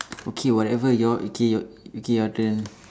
okay whatever your okay okay your turn